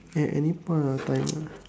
at any point of time ah